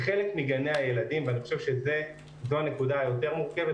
בחלק מגני הילדים ואני חושב שזו הנקודה היותר מורכבת,